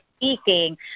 speaking